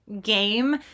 game